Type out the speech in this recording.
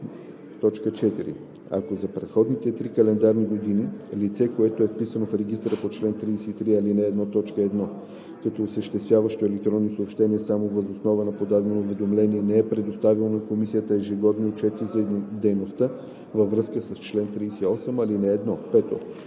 същия; 4. ако за предходните 3 календарни години лице, което е вписано в регистъра по чл. 33, ал. 1, т. 1 като осъществяващо електронни съобщения само въз основа на подадено уведомление, не е предоставяло на комисията ежегодни отчети за дейността във връзка с чл. 38, ал. 1; 5.